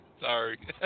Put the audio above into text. Sorry